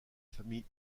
famille